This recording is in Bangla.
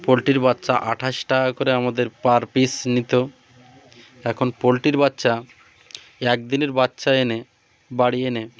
পোলট্রির বাচ্চা আঠাশ টাকা করে আমাদের পার পিস নিতো এখন পোলট্রির বাচ্চা একদিনের বাচ্চা এনে বাড়ি এনে